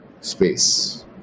space